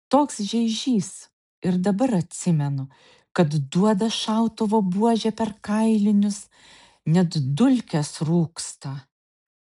toks žeižys ir dabar atsimenu kad duoda šautuvo buože per kailinius net dulkės rūksta